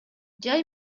жай